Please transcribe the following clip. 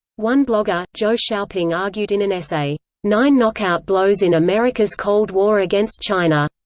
one blogger, zhou xiaoping argued in an essay nine knockout blows in america's cold war against china,